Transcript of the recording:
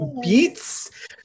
beats